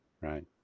right